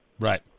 Right